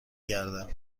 گردن